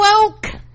woke